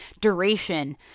duration